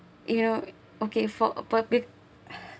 you know okay for appropriate